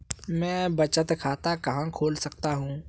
मैं बचत खाता कहाँ खोल सकता हूँ?